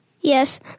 Yes